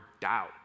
doubt